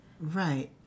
Right